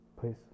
please